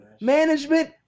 Management